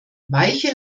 weiche